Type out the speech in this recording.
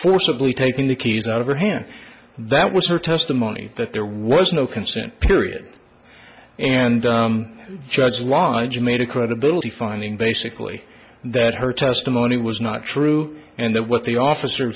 forcibly taking the keys out of her hand that was her testimony that there was no consent period and jazz winds made a credibility finding basically that her testimony was not true and that what the officer